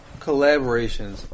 collaborations